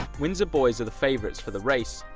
windsor boys are the favorites for the race,